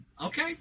Okay